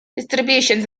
distributions